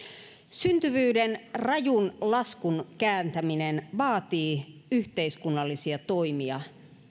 syntyvyyden rajun laskun kääntäminen vaatii yhteiskunnallisia toimia